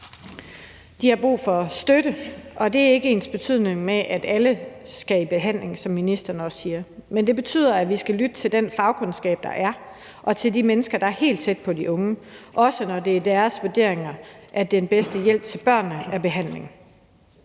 De har brug for støtte, og det er ikke ensbetydende med, at alle skal i behandling, som ministeren også siger. Men det betyder, at vi skal lytte til den fagkundskab, der er, og til de mennesker, der er helt tæt på de unge, også når det er deres vurdering, at den bedste hjælp til børnene er behandling.